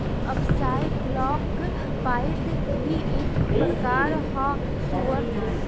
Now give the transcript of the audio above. अक्साई black pied भी एक प्रकार ह सुअर के